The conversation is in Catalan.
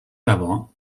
debò